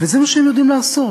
וזה מה שהם יודעים לעשות.